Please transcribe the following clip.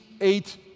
eight